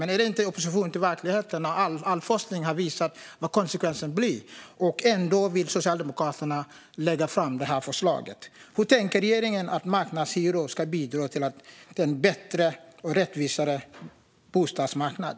Men är det inte att vara i opposition mot verkligheten att Socialdemokraterna, när all forskning har visat vad konsekvensen blir, ändå vill lägga fram det här förslaget? Hur tänker regeringen att marknadshyror ska bidra till en bättre och rättvisare bostadsmarknad?